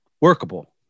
workable